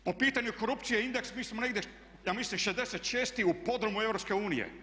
Po pitanju korupcije indeksa mi smo negdje ja mislim 66 u podrumu EU.